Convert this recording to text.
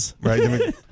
right